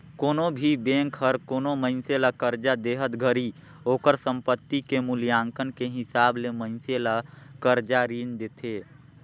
कोनो भी बेंक हर कोनो मइनसे ल करजा देहत घरी ओकर संपति के मूल्यांकन के हिसाब ले मइनसे ल करजा रीन देथे